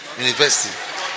university